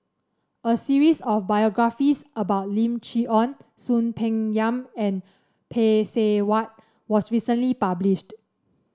a series of biographies about Lim Chee Onn Soon Peng Yam and Phay Seng Whatt was recently published